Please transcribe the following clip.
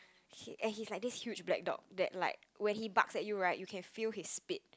he and he like this huge black dog that like when he barks at you right you can feel his speed